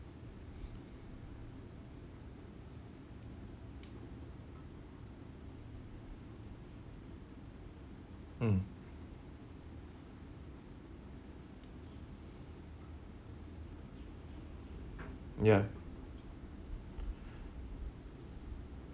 mm ya